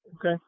Okay